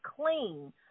clean